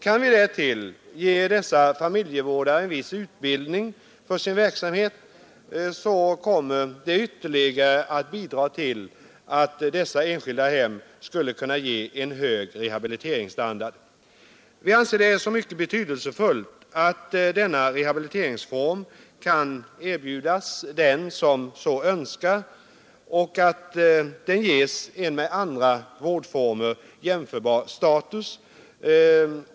Kan vi därtill ge dessa familjevårdare en viss utbildning för sin verksamhet, kommer det att ytterligare bidra till att enskilda hem kan ge en hög rehabiliteringsstandard. Vi anser det betydelsefullt att denna rehabiliteringsform kan erbjudas dem som så önskar och ges en med andra vårdformer jämförbar status.